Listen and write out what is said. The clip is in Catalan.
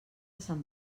sant